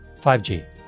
5G